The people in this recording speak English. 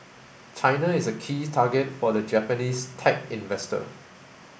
China is a key target for the Japanese tech investor